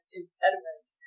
impediment